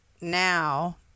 now